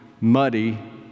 muddy